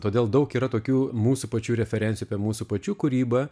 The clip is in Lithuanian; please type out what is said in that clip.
todėl daug yra tokių mūsų pačių referencijų apie mūsų pačių kūrybą